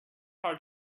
hard